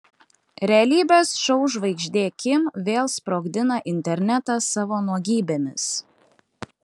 realybės šou žvaigždė kim vėl sprogdina internetą savo nuogybėmis